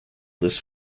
this